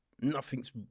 Nothing's